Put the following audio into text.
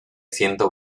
ciento